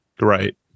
Right